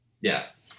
Yes